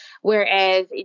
Whereas